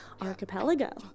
Archipelago